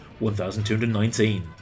1219